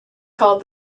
called